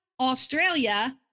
Australia